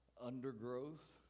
undergrowth